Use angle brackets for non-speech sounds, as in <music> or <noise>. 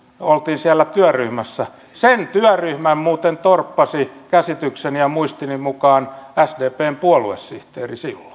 oltiin siellä työryhmässä sen työryhmän muuten torppasi käsitykseni ja muistini mukaan sdpn puoluesihteeri silloin <unintelligible>